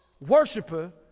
worshiper